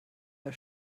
der